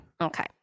Okay